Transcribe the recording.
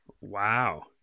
Wow